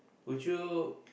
would you